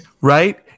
Right